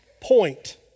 Point